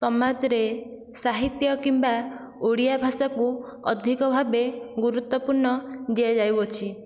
ସମାଜରେ ସାହିତ୍ୟ କିମ୍ବା ଓଡ଼ିଆ ଭାଷାକୁ ଅଧିକ ଭାବେ ଗୁରୁତ୍ୱପୂର୍ଣ୍ଣ ଦିଆଯାଉଅଛି